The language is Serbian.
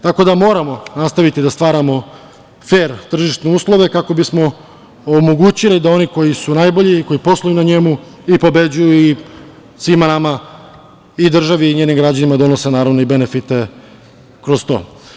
Tako da moramo nastaviti da stvaramo fer tržišne uslove kako bismo omogućili da oni koji su najbolji i koji posluju na njemu i pobeđuju i svima nama i državi i njenim građanima donose naravno i benefite kroz to.